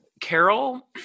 Carol